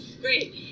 great